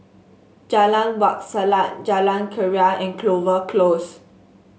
Jalan Wak Selat Jalan Keria and Clover Close